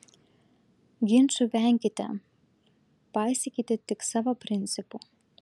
ginčų venkite paisykite tik savo principų